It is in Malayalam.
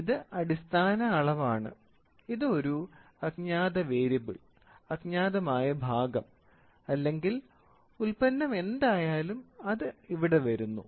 ഇത് അടിസ്ഥാന അളവ് ആണ് ഇത് ഒരു അജ്ഞാത വേരിയബിൾ അജ്ഞാതമായ ഭാഗം അല്ലെങ്കിൽ ഉൽപ്പന്നം എന്തായാലും അത് ഇവിടെ വരുന്നു